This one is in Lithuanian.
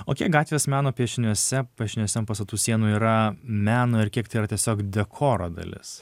o kiek gatvės meno piešiniuose piešiniuose ant pastatų sienų yra meno ir kiek tai yra tiesiog dekoro dalis